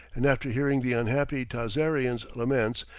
and after hearing the unhappy tazarians' laments,